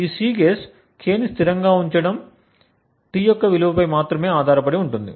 ఈ Cguess K ని స్థిరంగా ఉంచడం t యొక్క విలువపై మాత్రమే ఆధారపడి ఉంటుంది